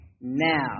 now